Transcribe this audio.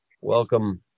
welcome